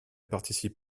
participe